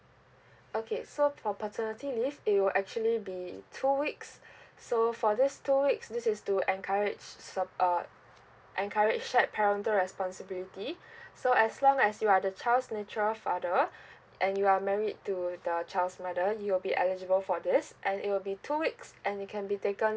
okay so for paternity leave it will actually be two weeks so for these two weeks this is to encourage sup~ uh encourage shared parental responsibility so as long as you are the child's natural father and you are married to the child's mother you'll be eligible for this and it will be two weeks and it can be taken